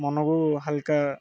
ମନକୁ ହାଲକା